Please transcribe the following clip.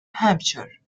hampshire